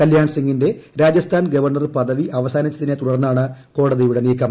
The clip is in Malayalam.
കല്യാൺ സിംഗിന്റെ രാജസ്ഥാൻ ഗവർണർ പദവി അവസാനിച്ചതിനെ തുടർന്നാണ് കോടതിയുടെ നീക്കം